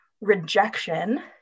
rejection